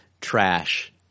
Trash